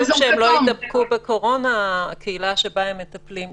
אבל חשוב שהקהילה שבה הם מטפלים לא תידבק בקורונה.